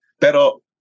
Pero